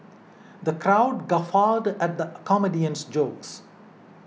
the crowd guffawed at comedian's jokes